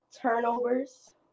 turnovers